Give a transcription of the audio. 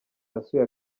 yasuye